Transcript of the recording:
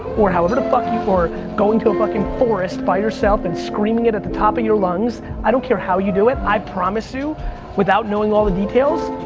or however the fuck you, or going to a fucking forest by yourself and screaming it at the top of your lungs. i don't care how you do it, i promise you without knowing all the details,